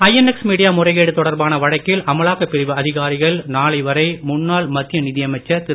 INX Media முறைகேடு தொடர்பான வழக்கில் அமலாக்கப் பிரிவு அதிகாரிகள் நாளை வரை முன்னாள் மத்திய நிதியமைச்சர் திரு